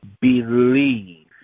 believe